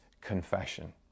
confession